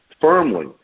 firmly